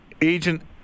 agent